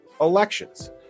Elections